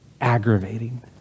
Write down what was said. aggravating